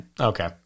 Okay